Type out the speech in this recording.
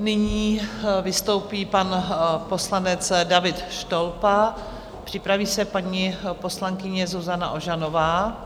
Nyní vystoupí pan poslanec David Štolpa, připraví se paní poslankyně Zuzana Ožanová.